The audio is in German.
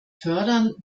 fördern